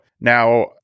Now